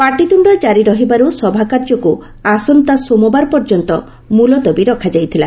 ପାଟିତ୍ଶ୍ଡ ଜାରି ରହିବାରୁ ସଭା କାର୍ଯ୍ୟକୁ ଆସନ୍ତା ସୋମବାର ପର୍ଯ୍ୟନ୍ତ ମୁଲତବୀ ରଖାଯାଇଥିଲା